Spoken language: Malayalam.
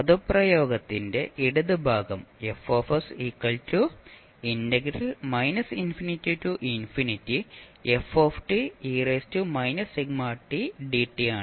പദപ്രയോഗത്തിന്റെ ഇടത് ഭാഗം ആണ്